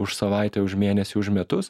už savaitę už mėnesį už metus